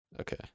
okay